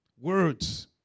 Words